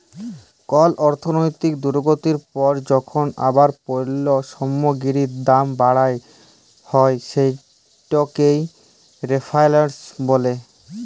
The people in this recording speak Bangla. কল অর্থলৈতিক দুর্গতির পর যখল আবার পল্য সামগ্গিরির দাম বাড়াল হ্যয় সেটকে রেফ্ল্যাশল ব্যলে